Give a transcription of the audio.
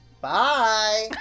Bye